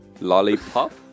lollipop